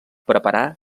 preparar